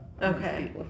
Okay